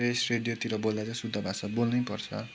press रेडियोतिर बोल्दा चाहिँ शुद्ध भाषा बोल्नै पर्छ